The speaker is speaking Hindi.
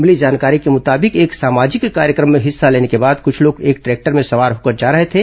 मिली जानकारी के मुताबिक एक सामजिक कार्यक्रम में हिस्सा लेने के बाद कुछ लोग एक ट्रैक्टर में सवार होकर जा रहे थे